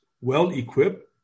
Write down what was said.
well-equipped